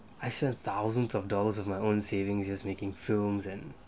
I spent thousands of dollars of my own savings as making films and